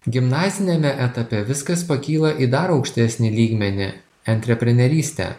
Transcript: gimnaziniame etape viskas pakyla į dar aukštesnį lygmenį antreprenerystę